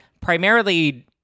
primarily